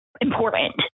important